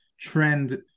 trend